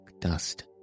dust